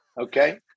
Okay